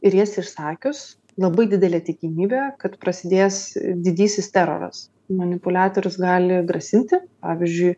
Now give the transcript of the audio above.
ir jas išsakius labai didelė tikimybė kad prasidės didysis teroras manipuliatorius gali grasinti pavyzdžiui